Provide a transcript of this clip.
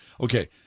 Okay